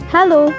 Hello